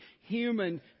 human